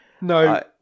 No